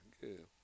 good